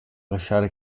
lasciare